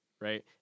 right